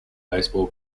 baseball